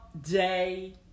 day